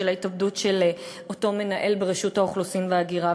של ההתאבדות של אותו מנהל ברשות האוכלוסין וההגירה.